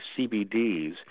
CBDs